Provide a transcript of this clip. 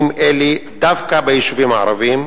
1. למה מתקיימים אימונים אלה דווקא ביישובים הערביים?